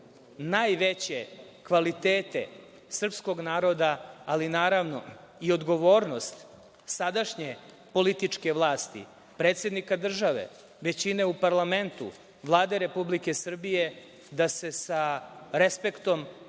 najveće kvalitete srpskog naroda, ali naravno i odgovornost sadašnje političke vlasti, predsednika države, većine u parlamentu, Vlade Republike Srbije da se sa respektom